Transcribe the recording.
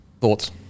thoughts